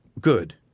good